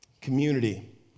Community